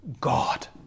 God